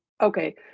okay